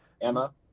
Emma